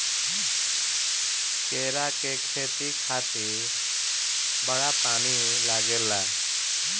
केरा के खेती खातिर बड़ा पानी लागेला